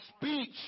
speech